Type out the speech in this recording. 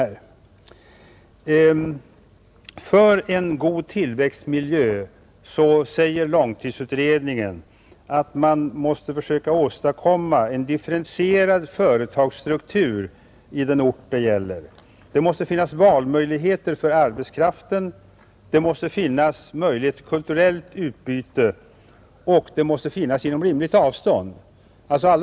Långtidsutredningen säger att man för en god tillväxtmiljö måste försöka åstadkomma en differentierad företagsstruktur på den ort det gäller, att det måste finnas valmöjligheter för arbetskraften, att det måste finnas förutsättningar för kulturellt utbyte och att detta måste finnas inom rimligt avstånd.